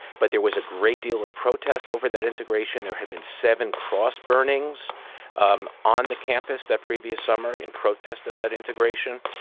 but there was a great deal of protest over that integration. there had been seven cross burnings um on the campus that previous summer in protest of that integration.